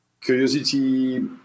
curiosity